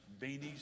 beanies